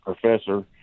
professor